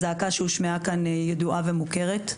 הזעקה שהושמעה כאן ידועה ומוכרת.